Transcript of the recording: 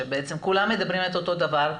שבעצם כולם אומרים את אותו דבר,